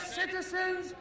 citizens